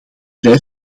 vrij